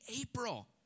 April